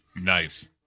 Nice